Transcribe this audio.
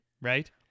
right